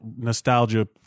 nostalgia